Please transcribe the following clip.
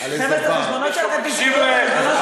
חבר'ה, את החשבונות שלכם תסגרו אחר כך.